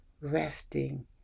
resting